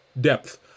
depth